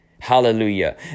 Hallelujah